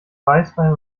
weißwein